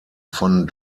von